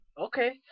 Okay